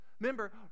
Remember